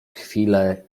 chwilę